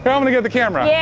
here i'ma get the camera. yeah